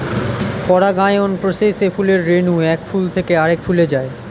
পরাগায়ন প্রসেসে ফুলের রেণু এক ফুল থেকে আরেক ফুলে যায়